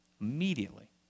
immediately